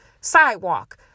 sidewalk